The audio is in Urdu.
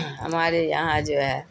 ہمارے یہاں جو ہے